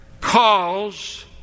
calls